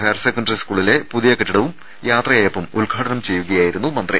higher secondary സ്കൂളിലെ പുതിയ കെട്ടിടവും യാത്രയയപ്പും ഉദ്ഘാടനം ചെയ്യുക യായിരുന്നു മന്ത്രി